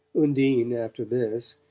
undine, after this,